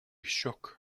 shook